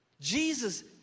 Jesus